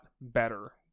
better